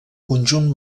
conjunt